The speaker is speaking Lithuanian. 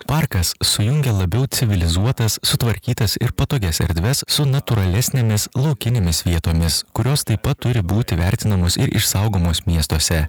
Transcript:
parkas sujungia labiau civilizuotas sutvarkytas ir patogias erdves su natūralesnėmis laukinėmis vietomis kurios taip pat turi būti vertinamos ir išsaugomos miestuose